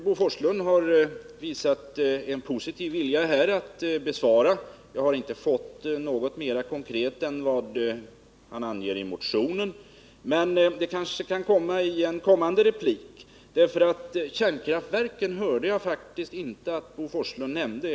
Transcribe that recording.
Bo Forslund har visat en positiv vilja att besvara dem. Jag har inte fått fram något mera konkret svar än det han anger i motionen, men det kanske kan komma i en kommande replik. Jag hörde faktiskt inte att Bo Forslund nämnde kärnkraftverken.